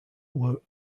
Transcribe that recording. were